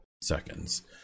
seconds